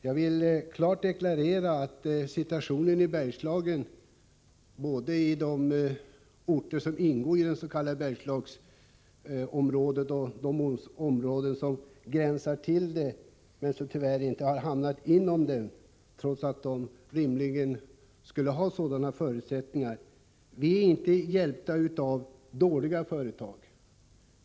Jag vill klart deklarera att vi i dets.k. Bergslagsområdet och i de delar som gränsar till Bergslagsområdet men som tyvärr inte hamnat inom det — trots att de rimligen borde kunna räknas dit — inte är hjälpta av dåliga företag.